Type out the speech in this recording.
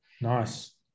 Nice